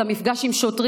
למפגש עם שוטרים,